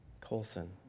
Colson